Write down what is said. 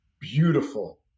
beautiful